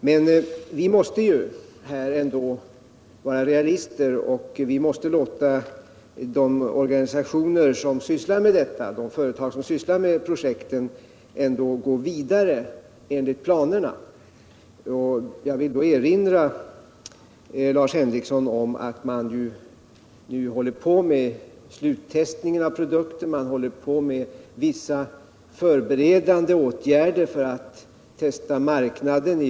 Men vi måste vara realister och låta de företag som sysslar med projekten gå vidare enligt planerna, och jag vill då erinra Lars Nr 45 Henrikson om att företagen nu håller på med sluttestningen av produkter Fredagen den och med vissa förberedande åtgärder för att testa marknaden i USA.